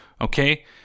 okay